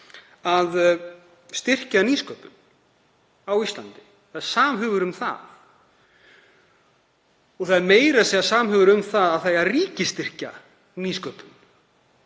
að styrkja nýsköpun á Íslandi. Það er samhugur um það. Það er meira að segja samhugur um að það eigi að ríkisstyrkja nýsköpun.